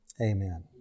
amen